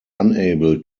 unable